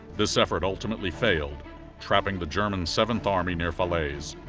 this effort ultimately failed trapping the german seventh army near falaise.